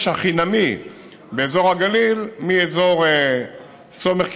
ממשיכים לסלול את כביש 6 החינמי באזור הגליל מאזור סומך,